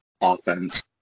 offense